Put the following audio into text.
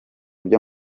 byo